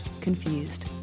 Confused